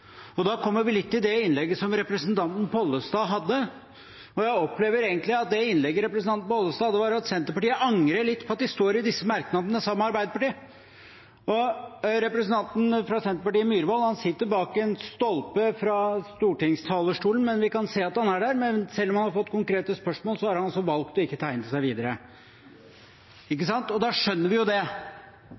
Da kommer vi til innlegget som representanten Pollestad hadde. Jeg opplever egentlig at det innlegget representanten Pollestad hadde, var om at Senterpartiet angrer litt på at de står i disse merknadene sammen med Arbeiderpartiet. Representanten Myhrvold fra Senterpartiet sitter, sett fra stortingstalerstolen, bak en stolpe, men vi kan se at han er der. Selv om han har fått konkrete spørsmål, har han valgt ikke å tegne seg videre, og da skjønner vi jo det.